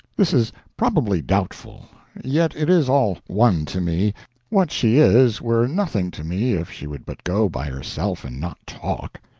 this is probably doubtful yet it is all one to me what she is were nothing to me if she would but go by herself and not talk.